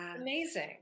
amazing